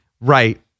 Right